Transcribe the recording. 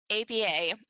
ABA